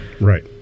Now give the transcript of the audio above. Right